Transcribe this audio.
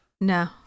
No